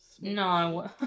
No